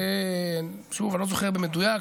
אני לא זוכר במדויק,